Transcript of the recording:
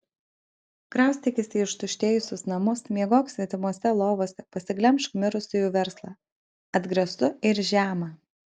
kraustykis į ištuštėjusius namus miegok svetimose lovose pasiglemžk mirusiųjų verslą atgrasu ir žema